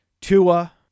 Tua